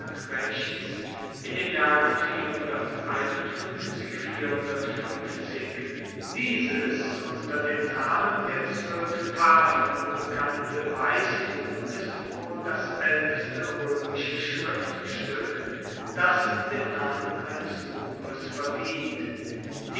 stadtrechts in den jahren dieses unter dem namen der zwoelf tafeln bekannte weistum ist wohl das aelteste roemische schriftstueck das den namen eines buches verdient